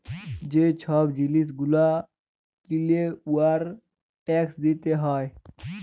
যে ছব জিলিস গুলা কিলে উয়ার ট্যাকস দিতে হ্যয়